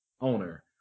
owner